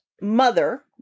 Mother